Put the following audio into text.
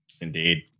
Indeed